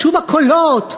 שוב הקולות,